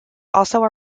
also